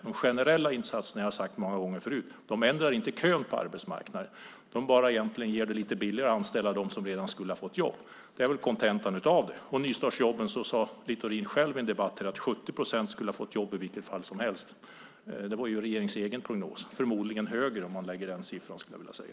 De generella insatserna ändrar inte kön på arbetsmarknaden - det har jag sagt många gånger förut - utan de gör det egentligen bara lite billigare att anställa dem som ändå skulle ha fått jobb. Det är kontentan av detta. Beträffande nystartsjobben sade Sven Otto Littorin själv i en debatt här att 70 procent skulle ha fått jobb i vilket fall som helst. Det var regeringens egen prognos. Siffran skulle förmodligen ha varit ännu högre, skulle jag vilja säga.